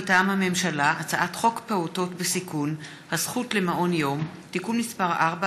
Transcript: מטעם הממשלה: הצעת חוק פעוטות בסיכון (הזכות למעון יום) (תיקון מס' 4),